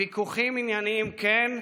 ויכוחים עניינים, כן,